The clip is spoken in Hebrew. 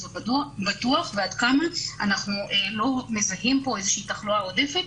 בטוח ועד כמה אנחנו לא מזהים פה איזושהי תחלואה עודפת